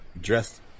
dressed